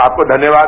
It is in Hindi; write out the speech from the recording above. आपको धन्यवाद